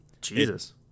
Jesus